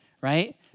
Right